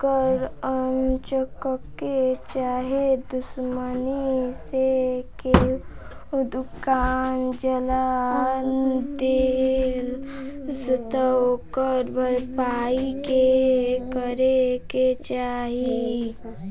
अगर अन्चक्के चाहे दुश्मनी मे केहू दुकान जला देलस त ओकर भरपाई के करे के चाही